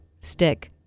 stick